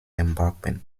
embankment